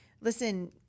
Listen